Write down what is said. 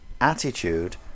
attitude